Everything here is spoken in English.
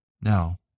Now